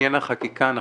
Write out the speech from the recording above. עניין החקיקה,